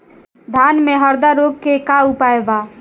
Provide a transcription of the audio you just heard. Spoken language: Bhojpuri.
धान में हरदा रोग के का उपाय बा?